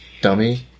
dummy